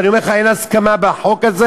ואני אומר לך שאין הסכמה בחוק הזה,